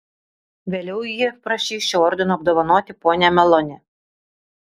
vėliau ji prašys šiuo ordinu apdovanoti ponią meloni